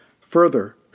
Further